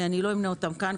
אני לא אמנה אותן כאן,